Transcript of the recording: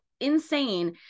insane